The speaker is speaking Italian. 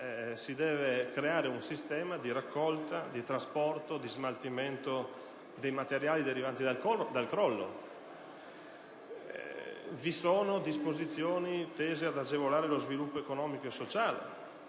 si deve creare un sistema di raccolta, trasporto e smaltimento dei materiali derivanti dal crollo; vi sono disposizioni intese ad agevolare lo sviluppo economico e sociale;